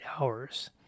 hours